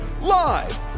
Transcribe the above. Live